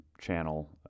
channel